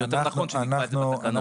ויותר נכון שנקבע את זה בתקנות.